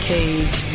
Cage